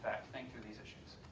think through these issues.